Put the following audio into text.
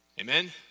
amen